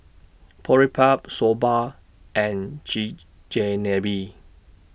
Boribap Soba and Chigenabe